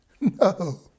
No